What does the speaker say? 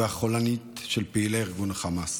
והחולנית של פעילי ארגון החמאס.